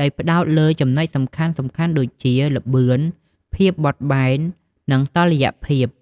ដោយផ្តោតលើចំណុចសំខាន់ៗដូចជា ល្បឿន ភាពបត់បែន និងតុល្យភាព។